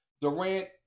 Durant